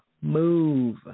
move